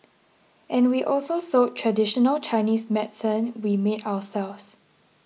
and we also sold traditional Chinese medicine we made ourselves